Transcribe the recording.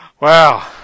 wow